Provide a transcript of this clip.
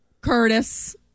Curtis